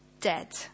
dead